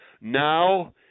now